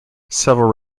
several